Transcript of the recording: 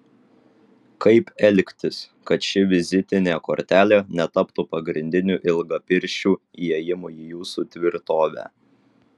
kaip elgtis kad ši vizitinė kortelė netaptų pagrindiniu ilgapirščių įėjimu į jūsų tvirtovę